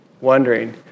wondering